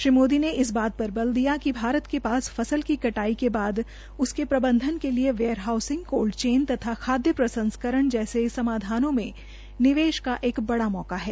श्री मोदी ने इस बात पर बल दिया कि भारत के पास फसल कटाई के बाद उसके प्रबंधन के लिए वेयरहाउसिंग कोल्ड चेन तथा खाद्य प्रसंस्करण में निवेश का एक बड़ा मौका है